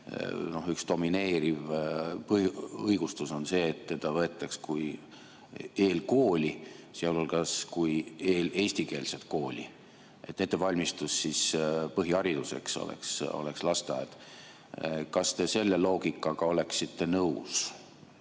üks domineeriv õigustus on see, et teda võetaks kui eelkooli, sealhulgas kui eestikeelset kooli, et ettevalmistus põhihariduseks toimuks lasteaias. Kas te selle loogikaga oleksite nõus,